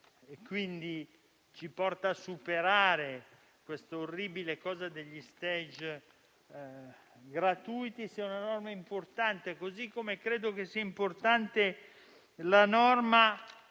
quindi ci porta a superare l'orribile pratica degli *stage* gratuiti, sia una misura importante; così come credo sia importante la norma